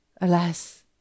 Alas